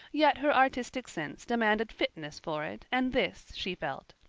yet her artistic sense demanded fitness for it and this, she felt,